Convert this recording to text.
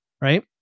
right